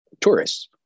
tourists